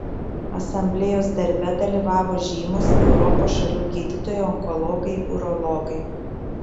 asamblėjos darbe dalyvavo žymūs europos šalių gydytojai onkologai urologai